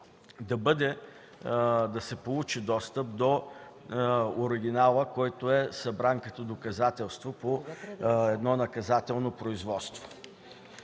да се получи достъп до оригинала, който е събран като доказателство по едно наказателно производство.